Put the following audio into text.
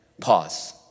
Pause